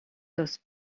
those